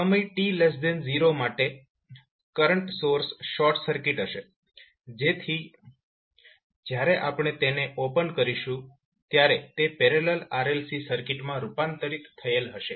સમય t0 માટે current source short circuit હશે તેથી જ્યારે આપણે તેને ઓપન કરીશું ત્યારે તે પેરેલલ RLC સર્કિટમાં રૂપાંતરિત થયેલ હશે